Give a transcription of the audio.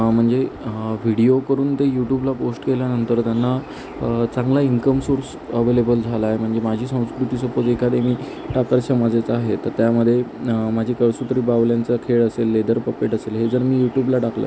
म्हणजे व्हिडिओ करून ते युटुबला पोष्ट केल्यानंतर त्यांना चांगला इंकम सोर्स अवेलेबल झाला आहे म्हणजे माझी संस्कृती सपोज एखादे मी ठाकर समाजाचा आहे तर त्यामध्ये माझी कळसूत्री बाहुल्यांचा खेळ असेल लेदर पपेट असेल हे जर मी युट्युबला टाकलं